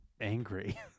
angry